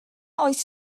oes